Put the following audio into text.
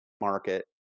market